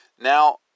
Now